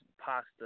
pasta